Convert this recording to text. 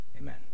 Amen